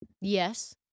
Yes